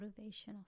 motivational